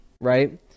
right